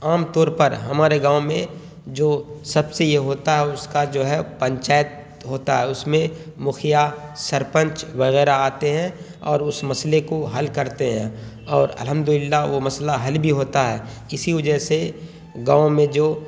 عام طور پر ہمارے گاؤں میں جو سب سے یہ ہوتا ہے اس کا جو ہے پنچایت ہوتا ہے اس میں مخیا سرپنچ وغیرہ آتے ہیں اور اس مسئلے کو حل کرتے ہیں اور الحمد للہ وہ مسئلہ حل بھی ہوتا ہے کسی وجہ سے گاؤں میں جو